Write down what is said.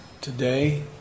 Today